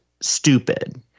stupid